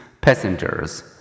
passengers